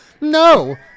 No